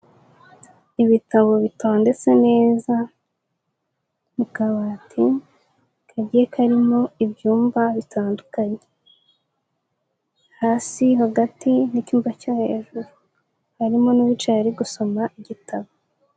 Ibitabo bitondetse neza mu kabati kagiye karimo ibyumba bitandukanye, hasi hagati n'icyumba cyo hejuru harimo n'uwicaye ari gusoma igitabo.